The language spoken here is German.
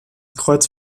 kreuz